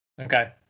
okay